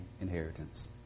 inheritance